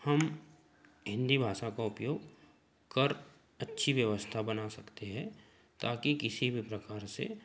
हम हिन्दी भाषा का उपयोग कर अच्छी व्यवस्था बना सकते हैं ताकि किसी भी प्रकार से